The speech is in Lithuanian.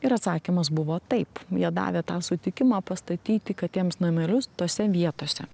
ir atsakymas buvo taip jie davė tą sutikimą pastatyti katėms namelius tose vietose